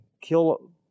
kill